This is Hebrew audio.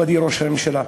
מכובדי ראש הממשלה,